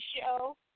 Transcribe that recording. show